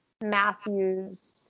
Matthews